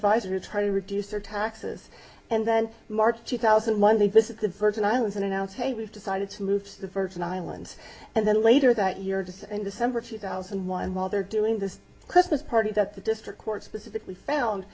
advisor try to reduce their taxes and then march two thousand and one they visit the virgin islands and out hey we've decided to move to the virgin islands and then later that year just in december two thousand and one while they're doing this christmas party that the district court specifically found